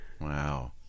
Wow